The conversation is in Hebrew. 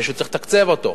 מישהו צריך לתקצב אותו.